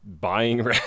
buying